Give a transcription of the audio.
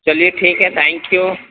چلیے ٹھیک ہے تھینک یو